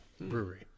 brewery